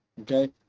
Okay